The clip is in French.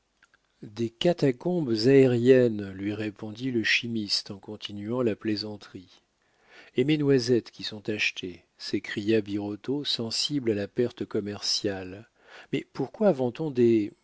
des catacombes aériennes lui répondit le chimiste en continuant la plaisanterie et mes noisettes qui sont achetées s'écria birotteau sensible à la perte commerciale mais pourquoi vend on des